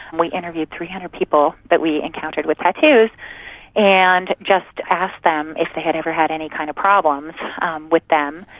we interviewed three hundred people that we encountered with tattoos and just asked them if they had ever had any kind of problems with them.